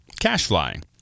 CashFly